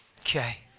Okay